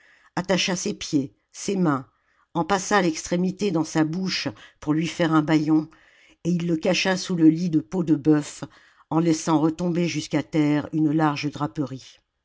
attacha ses pieds ses mains en passa l'extrémité dans sa bouche pour lui faire un bâillon et il le cacha sous le lit de peaux de bœuf en laissant retomber jusqu'à terre une large draperie